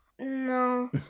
No